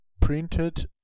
printed